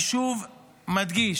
אני שוב מדגיש,